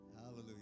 Hallelujah